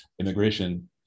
immigration